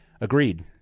Agreed